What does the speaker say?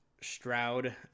Stroud